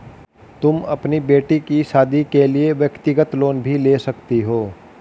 तुम अपनी बेटी की शादी के लिए व्यक्तिगत लोन भी ले सकती हो